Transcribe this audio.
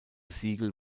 siegel